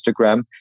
Instagram